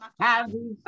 happy